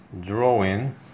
drawing